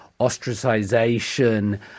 ostracization